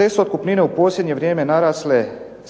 Te su otkupnine u posljednje vrijeme narasle